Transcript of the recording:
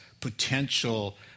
potential